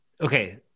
okay